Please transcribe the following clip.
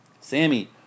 Sammy